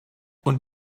und